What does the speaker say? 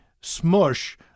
smush